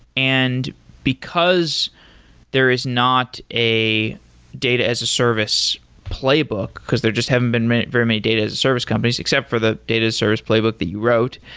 and because there is not a data as a service playbook, because there just haven't been very many data as a service companies, except for the data service playbook that you wrote.